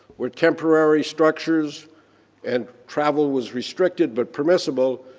where temporary structures and travel was restricted but permissible,